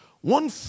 One